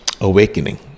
awakening